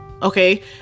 Okay